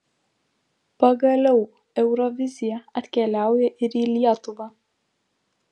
pagaliau eurovizija atkeliauja ir į lietuvą